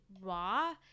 raw